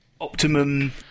optimum